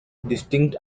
distinct